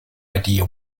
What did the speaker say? idea